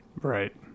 Right